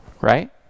Right